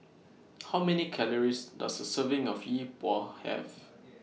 How Many Calories Does A Serving of Yi Bua Have